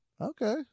Okay